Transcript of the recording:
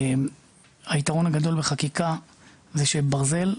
היתרון הגדול בחקיקה הוא שזה ברזל,